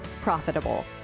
profitable